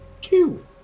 Two